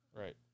Right